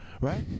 right